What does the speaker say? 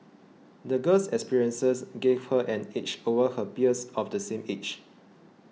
the girl's experiences gave her an edge over her peers of the same age